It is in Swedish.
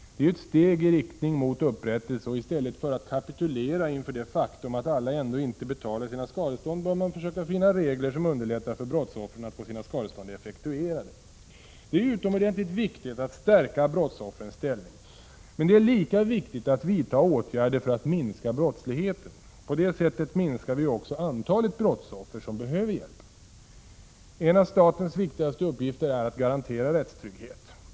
Det är ju ett steg i riktning mot upprättelse, och i stället för att kapitulera inför det faktum att alla ändå inte betalar sina skadestånd, bör man försöka finna regler som underlättar för brottsoffren att få sina skadestånd effektuerade. Det är utomordentligt viktigt att stärka brottsoffrens ställning, men det är lika viktigt att vidta åtgärder för att minska brottsligheten. På det sättet minskas också antalet brottsoffer som behöver hjälp. En av statens viktigaste uppgifter är att garantera rättstrygghet.